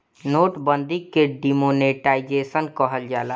note बंदी के demonetisation कहल जाला